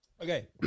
Okay